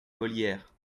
molière